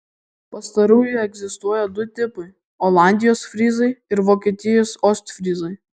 pastarųjų egzistuoja du tipai olandijos fryzai ir vokietijos ostfryzai